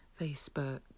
Facebook